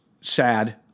sad